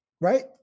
right